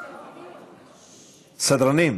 סדרנים.